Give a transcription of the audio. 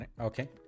okay